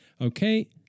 Okay